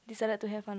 decided to have or not